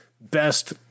best